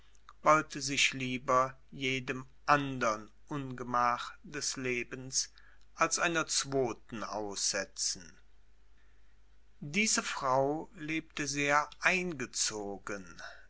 wollte sich lieber jedem andern ungemach des lebens als einer zwoten aussetzen diese frau lebte sehr eingezogen